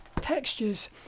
textures